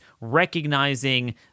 recognizing